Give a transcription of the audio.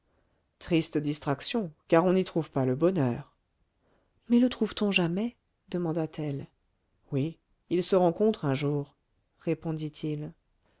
triste distraction car on n'y trouve pas le bonheur mais le trouve-t-on jamais demanda-t-elle oui il se rencontre un jour